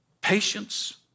Patience